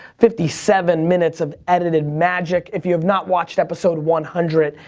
fifty seven minutes of edited magic. if you have not watched episode one hundred,